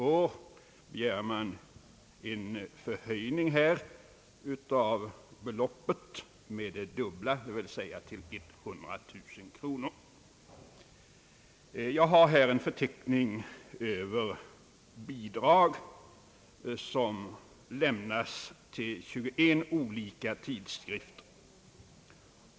Nu begär man efter tre år att anslaget skall höjas till dubbla beloppet, dvs. 100 000 kronor. Jag har här en förteckning över bidrag som lämnas till 21 olika tidskrifter.